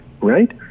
right